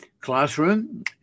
classroom